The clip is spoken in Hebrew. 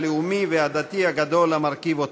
הלאומי והדתי הגדול המרכיב אותו.